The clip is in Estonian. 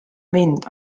mind